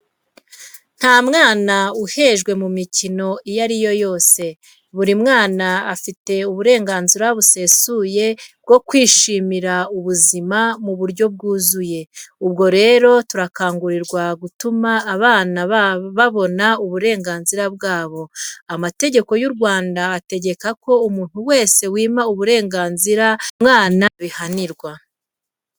Nta mwana uhejwe mu mikino iyo ariyo yose. Buri mwana afite uburenganzira busesuye bwo kwishimira ubuzima mu buryo bwuzuye. Ubwo rero turakangurirwa gutuma abana babona uburenganzira bwabo. Amategeko y'u Rwanda ategeka ko umuntu wese wima uburenganzira umwana abihanirwa.